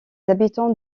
habitants